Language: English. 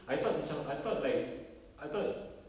I thought macam I thought like I thought